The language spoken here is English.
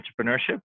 entrepreneurship